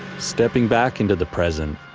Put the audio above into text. stepping back into the present,